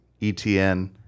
ETN